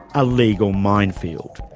a legal minefield.